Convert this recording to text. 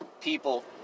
people